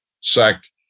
sect